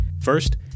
First